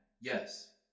Yes